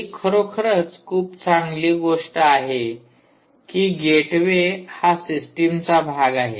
ही खरोखरच खूप चांगली गोष्ट आहे की गेटवे हा सिस्टीमचा भाग आहे